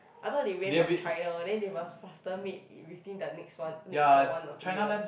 I thought they raise from China then they must faster made within the next one next one or two year